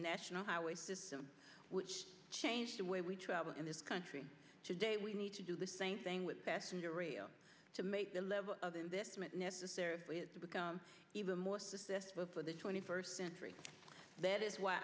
national highway system which changed the way we travel in this country today we need to do the same thing with passenger rail to make the level of investment necessary to become even more says this book for the twenty first century that is why